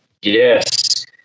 Yes